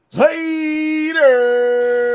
later